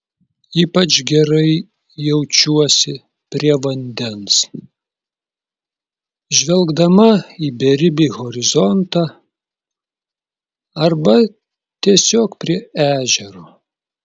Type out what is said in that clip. ypač gerai jaučiuosi prie vandens žvelgdama į beribį horizontą arba tiesiog prie ežero